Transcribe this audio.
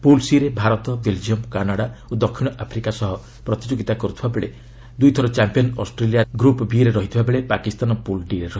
pool ସି'ରେ Bharat Belgium Canada ଓ ଦକ୍ଷିଣ ଆଫ୍ରିକା ସହ ପ୍ରତିଯୋଗିତା କରୁଥିବାବେଳେ ଦୁଇଥର ଚାମ୍ପିୟନ୍ ଅଷ୍ଟ୍ରେଲିୟା ଗ୍ରପ୍ ବି'ରେ ରହିଥିଲାବେଳେ ପାକିସ୍ତାନ ପୁଲ୍ ଡି'ରେ ରହିଛି